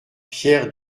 pierre